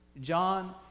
John